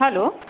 hello